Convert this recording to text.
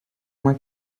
uma